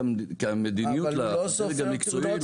כמדיניות לדרג המקצועי לא קטנה.